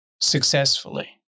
successfully